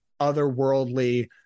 otherworldly